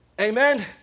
Amen